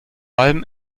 allem